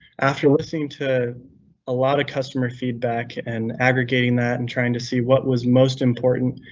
after listening to a lot of customer feedback, and aggregating that and trying to see what was most important,